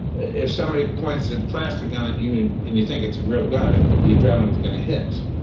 if somebody points a plastic gun at you and you think it's a real gun, the adrenaline's going to hit.